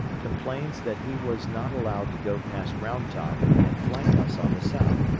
complains that he was not allowed to go past round top and flank us on the south,